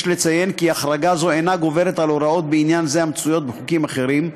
יש לציין כי החרגה זו אינה גוברת על הוראות בעניין זה בחוקים אחרים.